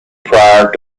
prior